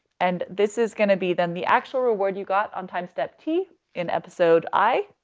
and this is going to be then the actual reward you got on time-step t in episode i,